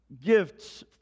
Gifts